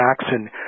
Jackson